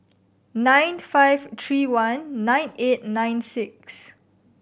nine five three one nine eight nine six